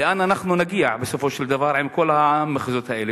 לאן אנחנו נגיע בסופו של דבר עם כל המחזות האלה?